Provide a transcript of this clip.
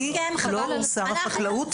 אני לא שר החקלאות.